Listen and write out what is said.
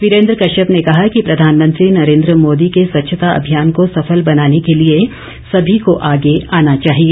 वीरेन्द्र कश्यप ने कहा कि प्रधानमंत्री नरेन्द्र मोदी के स्वच्छता अभियान को सफल बनाने के लिए सभी को आगे आना चाहिए